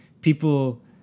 people